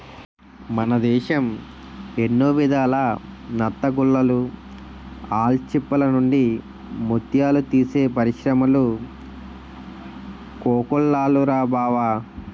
మన దేశం ఎన్నో విధాల నత్తగుల్లలు, ఆల్చిప్పల నుండి ముత్యాలు తీసే పరిశ్రములు కోకొల్లలురా బావా